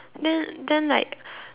then then like